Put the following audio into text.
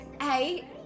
hey